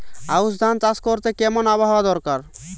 আউশ ধান চাষ করতে কেমন আবহাওয়া দরকার?